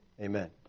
Amen